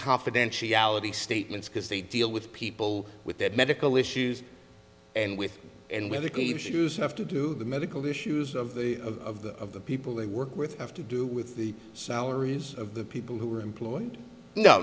confidentiality statements because they deal with people with that medical issues and with and whether cave shoes have to do the medical issues of the of the people they work with have to do with the salaries of the people who are employed no